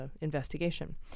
investigation